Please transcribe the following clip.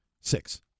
Six